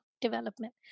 development